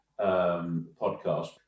podcast